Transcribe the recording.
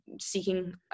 seeking